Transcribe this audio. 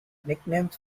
nicknames